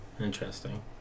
interesting